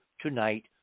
tonight